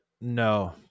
no